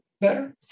better